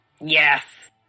Yes